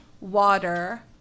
water